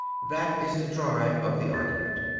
that is the drive of the argument.